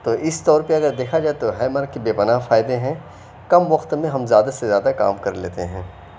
تو اِس طور پہ اگر دیكھا جائے تو ہیمر کی بے پناہ فائدے ہیں کم وقت میں ہم زیادہ سے زیادہ کام کر لیتے ہیں